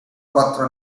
quattro